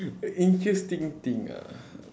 interesting thing ah